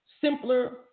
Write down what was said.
simpler